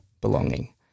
belonging